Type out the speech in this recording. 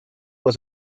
was